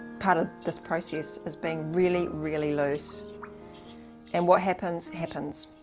part of this process is being really, really loose and what happens, happens.